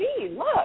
look